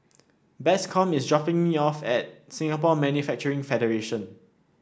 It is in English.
Bascom is dropping me off at Singapore Manufacturing Federation